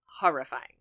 horrifying